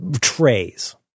trays